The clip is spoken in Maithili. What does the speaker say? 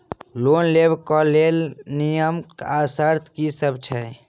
लोन लेबऽ कऽ लेल नियम आ शर्त की सब छई?